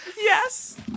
Yes